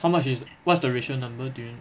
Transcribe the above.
how much is what's the ratio number during